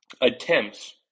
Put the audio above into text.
Attempts